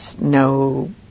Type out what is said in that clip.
No